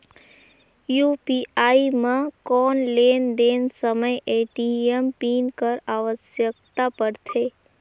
UPI म कौन लेन देन समय ए.टी.एम पिन कर आवश्यकता पड़थे?